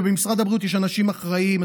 ובמשרד הבריאות יש אנשים אחראיים,